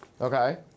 Okay